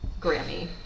Grammy